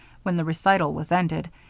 when the recital was ended,